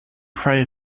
prey